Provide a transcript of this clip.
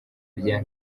rya